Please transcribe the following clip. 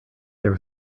there